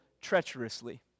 treacherously